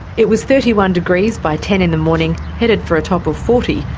it was thirty one degrees by ten in the morning, headed for a top of forty,